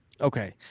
Okay